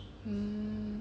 um